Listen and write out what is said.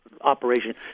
operation